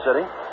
City